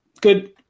Good